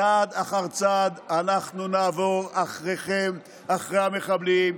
צעד אחר צעד אנחנו נעבור אחריכם, אחרי המחבלים,